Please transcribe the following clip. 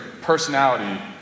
personality